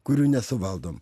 kurių nesuvaldom